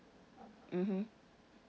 mmhmm